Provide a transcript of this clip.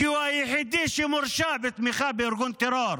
כי הוא היחידי שמורשע בתמיכה בארגון טרור.